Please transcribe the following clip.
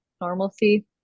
normalcy